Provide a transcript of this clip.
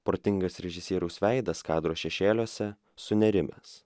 protingas režisieriaus veidas kadro šešėliuose sunerimęs